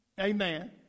Amen